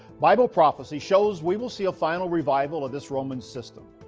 bible prophecy shows we will see a final revival of this roman system,